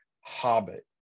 Hobbit